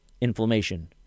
Inflammation